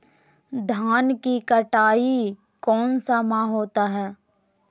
धान की कटाई कौन सा माह होता है?